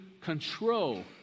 control